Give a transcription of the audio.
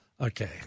Okay